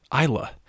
Isla